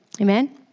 Amen